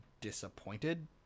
disappointed